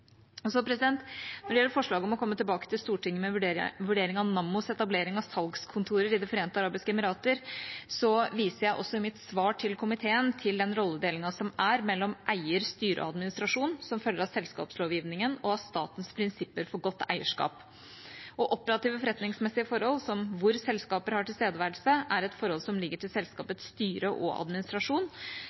også i mitt svar til komiteen til den rolledelingen som er mellom eier og styre og administrasjon som følger av selskapslovgivningen og av statens prinsipper for godt eierskap. Operative forretningsmessige forhold, som hvor selskaper har tilstedeværelse, er et forhold som ligger til selskapets styre og administrasjon.